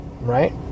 right